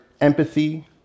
empathy